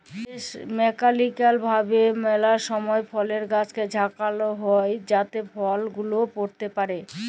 mechanical ভাবে ম্যালা সময় ফলের গাছকে ঝাঁকাল হই যাতে ফল গুলা পইড়তে পারে